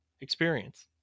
experience